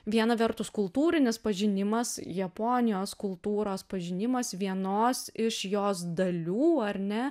viena vertus kultūrinis pažinimas japonijos kultūros pažinimas vienos iš jos dalių ar ne